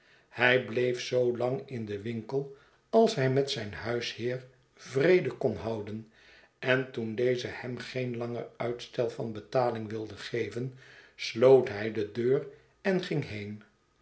hij bleef zoolang in den winkel als hij met zijn huisheer vrede konhouden en toen deze hem geen langer uitstel van betaling wilde geven sloot hij de deur en ging heen